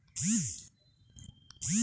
financial মার্কেটগুলোয় bond কেনাবেচা করা যায়